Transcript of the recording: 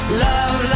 love